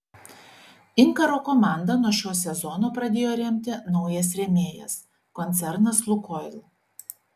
inkaro komandą nuo šio sezono pradėjo remti naujas rėmėjas koncernas lukoil